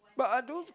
but are those